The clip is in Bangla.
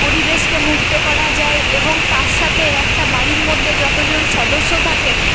পরিবেশকে মুক্ত করা যায় এবং তার সাথে একটা বাড়ির মধ্যে যতজন সদস্য থাকে